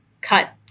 cut